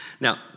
Now